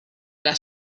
alla